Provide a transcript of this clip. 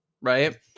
right